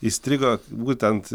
įstrigo būtent